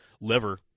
liver